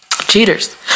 cheaters